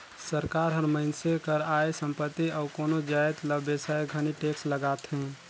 सरकार हर मइनसे कर आय, संपत्ति अउ कोनो जाएत ल बेसाए घनी टेक्स लगाथे